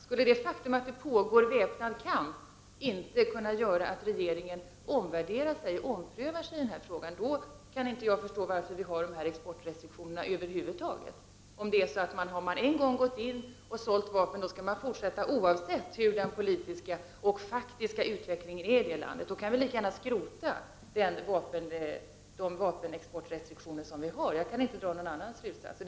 Skulle det faktum att det pågår en väpnad kamp inte kunna göra att regeringen omprövar denna fråga? I så fall förstår jag inte varför vi har dessa importrestriktioner över huvud taget. Har man alltså en gång gått in och sålt vapen, skall man fortsätta oavsett hur den politiska och faktiska utvecklingen är i det landet. Då kan vi lika gärna skrota de vapenexportrestriktioner som finns. Jag kan inte dra någon annan slutsats.